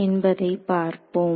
என்பதை பார்ப்போம்